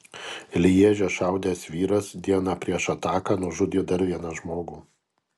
lježe šaudęs vyras dieną prieš ataką nužudė dar vieną žmogų